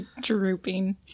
drooping